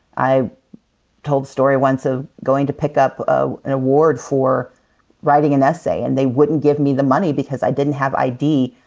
i told the story once of going to pick up ah an award for writing an essay and they wouldn't give me the money because i didn't have id.